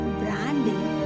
branding